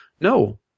No